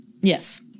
yes